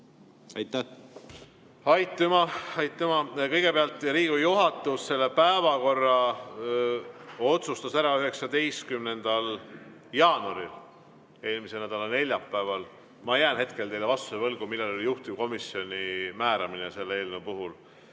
täiendamine"? Aitüma! Kõigepealt, Riigikogu juhatus selle päevakorra otsustas ära 19. jaanuaril, eelmise nädala neljapäeval. Ma jään hetkel teile võlgu vastuse, millal oli juhtivkomisjoni määramine selle eelnõu puhul.